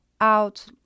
out